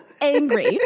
angry